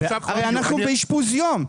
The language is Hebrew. הרי, אנחנו באשפוז יום.